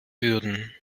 würden